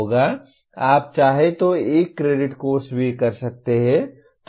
आप चाहें तो 1 क्रेडिट कोर्स भी कर सकते हैं